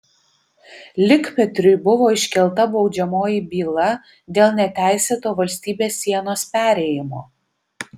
likpetriui buvo iškelta baudžiamoji byla dėl neteisėto valstybės sienos perėjimo